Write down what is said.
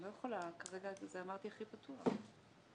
אמרתי הכי פתוח.